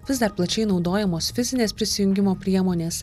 vis dar plačiai naudojamos fizinės prisijungimo priemonės